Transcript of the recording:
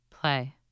Play